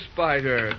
Spider